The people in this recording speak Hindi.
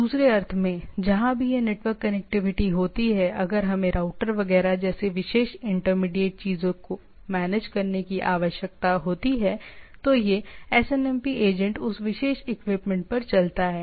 दूसरे अर्थ में जहाँ भी यह नेटवर्क कनेक्टिविटी होती है अगर हमें राउटर वगैरह जैसी विशेष इंटरमीडिएट चीज़ों को मैनेज करने की आवश्यकता होती है तो यह एसएनएमपी एजेंट उस विशेष इक्विपमेंट पर चलता है